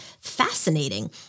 fascinating